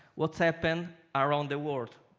what has happened around the world.